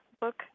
book